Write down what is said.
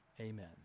amen